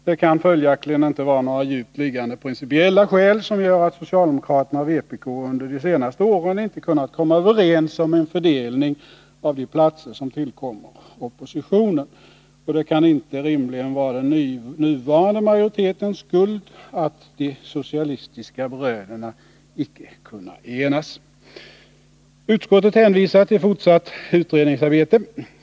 Det kan följaktligen inte vara några djupt liggande principiella skäl som gör att socialdemokraterna och vpk de senaste åren inte kunnat komma överens om en fördelning av de platser som tillkommer oppositionen. Och det kan rimligen inte vara den nuvarande majoritetens skuld att de socialistiska bröderna inte kan enas. Utskottet hänvisar till fortsatt utredningsarbete.